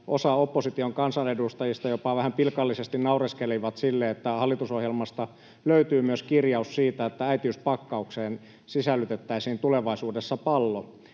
osa opposition kansanedustajista jopa vähän pilkallisesti naureskeli sille, että hallitusohjelmasta löytyy myös kirjaus siitä, että äitiyspakkaukseen sisällytettäisiin tulevaisuudessa pallo.